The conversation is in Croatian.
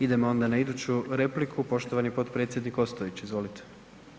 Idemo onda na iduću repliku, poštovani potpredsjednik Ostojić, izvolite.